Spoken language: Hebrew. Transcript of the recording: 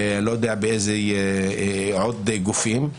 לא יודע באילו עוד גופים.